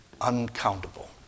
Uncountable